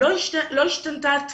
לא השתנתה התקינה.